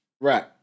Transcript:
Right